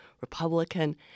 Republican